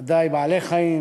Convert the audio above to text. ודאי על בעלי-חיים,